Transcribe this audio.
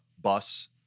bus